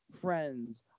friends